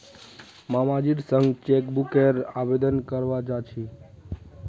मामाजीर संग चेकबुकेर आवेदन करवा जा छि